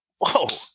whoa